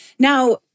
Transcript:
Now